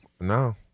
no